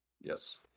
Yes